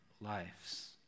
lives